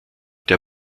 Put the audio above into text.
der